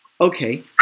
okay